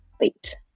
late